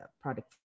product